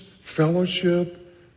fellowship